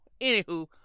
anywho